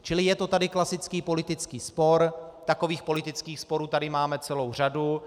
Čili je to tady klasický politický spor, takových politických sporů tady máme celou řadu.